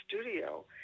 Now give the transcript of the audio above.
Studio